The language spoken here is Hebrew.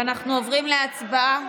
ואנחנו עוברים להצבעה.